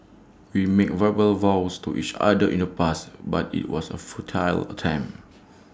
we made verbal vows to each other in the past but IT was A futile attempt